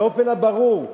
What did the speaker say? באופן ברור,